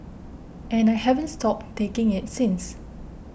and I haven't stopped taking it since